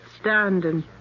standing